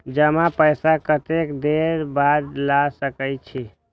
जमा पैसा कतेक देर बाद ला सके छी?